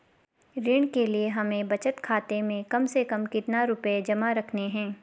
ऋण के लिए हमें बचत खाते में कम से कम कितना रुपये जमा रखने हैं?